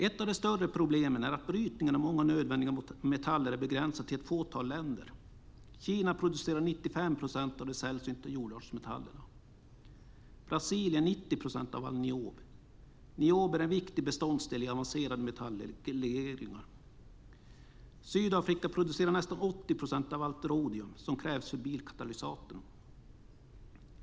Ett av de större problemen är att brytningen av många nödvändiga metaller är begränsad till ett fåtal länder. Kina producerar 95 procent av de sällsynta jordartsmetallerna och Brasilien 90 procent av all niob. Niob är en viktig beståndsdel i avancerade metallegeringar. Sydafrika producerar nästan 80 procent av allt rodium som krävs för bilkatalysatorn.